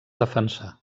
defensà